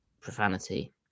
profanity